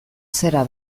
zera